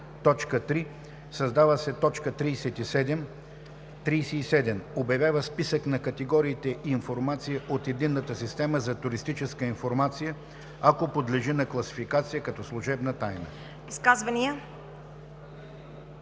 1“. 3. Създава се т. 37: „37. обявява списък на категориите информация от Единната система за туристическа информация, ако подлежи на класификация като служебна тайна.“